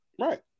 Right